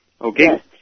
Okay